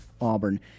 Auburn